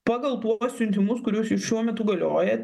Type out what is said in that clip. pagal tuos siuntimus kuriuos ir šiuo metu galioja